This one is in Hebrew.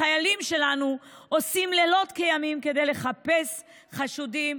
החיילים שלנו עושים לילות כימים כדי לחפש חשודים,